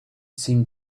seemed